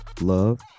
love